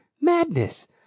madness